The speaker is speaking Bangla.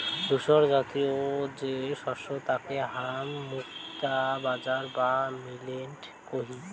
ধূসরজাতীয় যে শস্য তাকে হামরা মুক্তা বাজরা বা মিলেট কহি